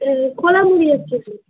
এ খোলা মুড়ি এক প্যাকেট